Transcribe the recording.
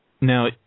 Now